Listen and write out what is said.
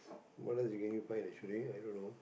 what else can you find actually i don't know